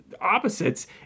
opposites